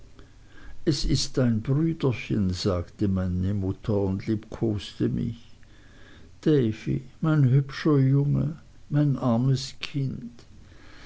es ist dein brüderchen sagte meine mutter und liebkoste mich davy mein hübscher junge mein armes kind